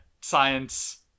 science